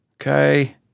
Okay